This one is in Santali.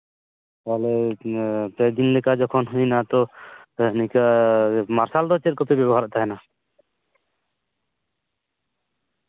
ᱛᱟᱦᱚᱞᱮ ᱯᱮ ᱫᱤᱱ ᱞᱮᱠᱟ ᱡᱚᱠᱷᱚᱱ ᱦᱩᱭᱱᱟ ᱛᱚ ᱤᱱᱠᱟᱹ ᱢᱟᱨᱥᱟᱞ ᱫᱚ ᱪᱮᱫ ᱠᱚᱯᱮ ᱵᱮᱵᱚᱦᱟᱨᱮᱫ ᱛᱟᱦᱮᱱᱟ